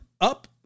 up